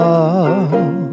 love